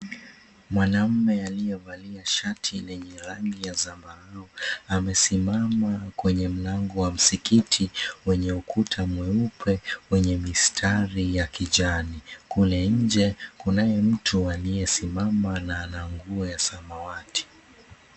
Mwanaume aliyevalia shati lenye rangi ya zambarau, amesimama kwenye mlango wa msikiti wenye ukuta mweupe wenye mistari ya kijani. Kule nje, kunaye mtu aliyesimama na ana nguo ya samawati.